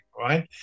right